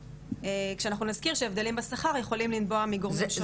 כשאנחנו נזכיר שהבדלים בשכר יכולים לנבוע מגורמים שונים.